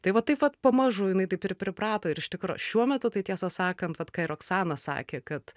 tai vat taip vat pamažu jinai taip ir priprato ir iš tikro šiuo metu tai tiesą sakant va ką ir oksana sakė kad